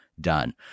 done